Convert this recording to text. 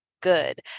good